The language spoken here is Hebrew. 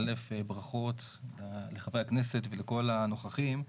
א', ברכות לחברי הכנסת ולכל הנוכחים.